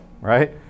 right